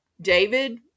david